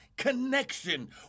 connection